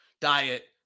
diet